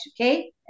okay